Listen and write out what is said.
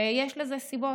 ויש לזה סיבות,